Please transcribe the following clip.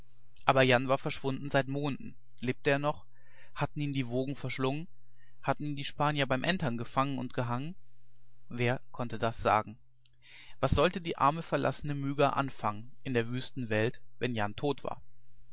aber jan war verschwunden seit monden lebte er noch hatten ihn die wogen verschlungen hatten ihn die spanier beim entern gefangen und gehangen wer konnte das sagen was sollte die arme verlassene myga anfangen in der wüsten welt wenn jan tot war